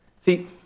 See